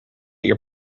your